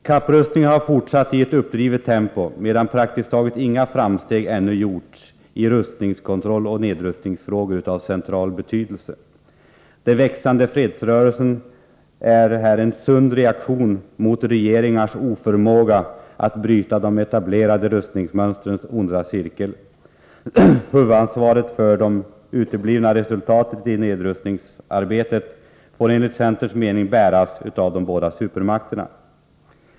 Kapprustningen har fortsatt i ett uppdrivet tempo, medan praktiskt taget inga framsteg ännu gjorts i rustningskontrollsoch nedrustningsfrågor av central betydelse. Den växande fredsrörelsen är här en sund reaktion mot regeringarnas oförmåga att bryta de etablerade rustningsmönstrens onda cirkel. Huvudansvaret för de uteblivna resultaten i nedrustningsarbetet får enligt centerns mening bäras av de båda supermakterna.